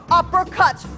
Uppercut